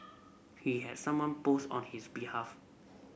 he had someone post on his behalf